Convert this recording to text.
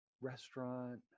restaurant